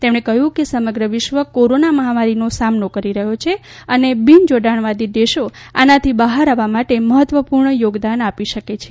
તેમણે કહ્યું કે સમગ્ર વિશ્વ કોરોના મહામારીનો સામનો કરી રહ્યો છે અને બિન જોડાણવાદી દેશો આનાથી બહાર આવવા માટે મહત્વપુર્ણ યોગદાન આપી શકે છે